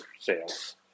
sales